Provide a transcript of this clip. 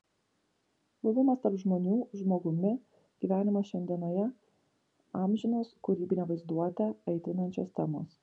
buvimas tarp žmonių žmogumi gyvenimas šiandienoje amžinos kūrybinę vaizduotę aitrinančios temos